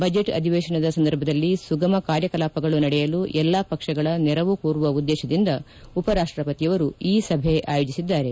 budget ಅಧಿವೇಶನದ ಸಂದರ್ಭದಲ್ಲಿ ಸುಗಮ ಕಾರ್ಯಕಲಾಪಗಳು ನಡೆಯಲು ಎಲ್ಲಾ ಪಕ್ಷಗಳ ನೆರವು ಕೋರುವ ಉದ್ದೇಶದಿಂದ ಉಪರಾಷ್ಟ ಪತಿಯವರು ಈ ಸಭೆ ಆಯೋಜಿಸಿದ್ದಾರೆ